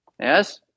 Yes